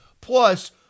Plus